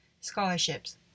Scholarships